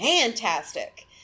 fantastic